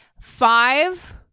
Five